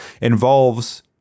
involves